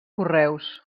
correus